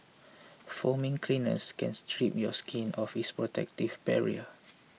foaming cleansers can strip your skin of its protective barrier